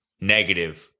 negative